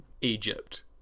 Egypt